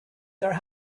their